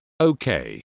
okay